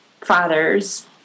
fathers